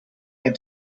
had